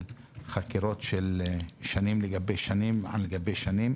חקירות של שנים על גבי שנים על גבי שנים